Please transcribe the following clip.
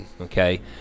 okay